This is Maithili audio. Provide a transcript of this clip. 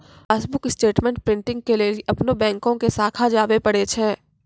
पासबुक स्टेटमेंट प्रिंटिंग के लेली अपनो बैंको के शाखा जाबे परै छै